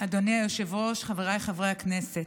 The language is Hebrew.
אדוני היושב-ראש, חבריי חברי הכנסת,